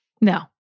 No